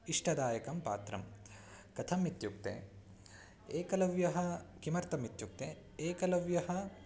इष्टदायकं पात्रं कथम् इत्युक्ते एकलव्यः किमर्थम् इत्युक्ते एकलव्यः